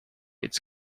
its